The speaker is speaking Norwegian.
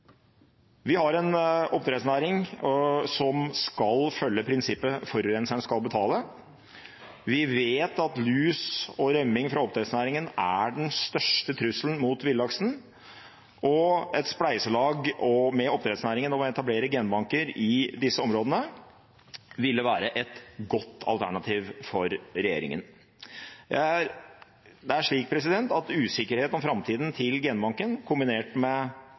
Vi har en oppdrettsnæring som skal følge prinsippet om at forurenseren skal betale. Vi vet at lus og rømning fra oppdrettsnæringen er den største trusselen mot villaksen, og et spleiselag med oppdrettsnæringen om å etablere genbanker i disse områdene ville være et godt alternativ for regjeringen. Usikkerheten om framtiden til genbanken kombinert med